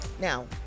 Now